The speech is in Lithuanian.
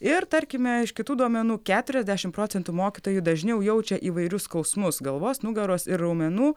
ir tarkime iš kitų duomenų keturiasdešim procentų mokytojų dažniau jaučia įvairius skausmus galvos nugaros ir raumenų